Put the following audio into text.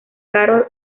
carol